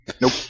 Nope